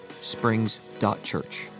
springs.church